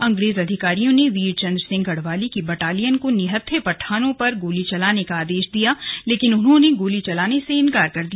अंग्रेज अधिकारियों ने वीर चंद्र सिंह गढ़वाली की बटालियन को निहत्थे पठानों पर गोली चलाने का आदेश दिया लेकिन उन्होंने गोली चलाने से इंकार कर दिया